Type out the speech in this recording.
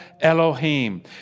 Elohim